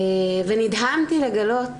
נדהמתי לגלות,